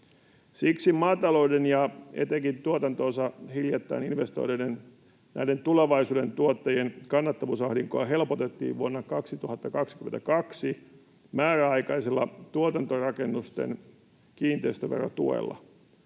Siksi maatalouden ja etenkin näiden tuotantoonsa hiljattain investoineiden tulevaisuuden tuottajien kannattavuusahdinkoa helpotettiin vuonna 2022 määräaikaisella tuotantorakennusten kiinteistöverotuella.